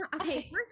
okay